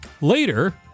Later